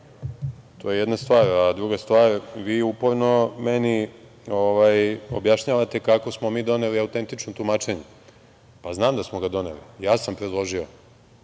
To jedna stvar. Druga stvar, vi uporno meni objašnjavate kako smo mi doneli autentično tumačenje. Pa, znam da smo ga doneli. Ja sam predložio